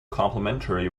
complimentary